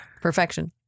Perfection